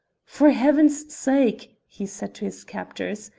for heaven's sake, he said to his captors,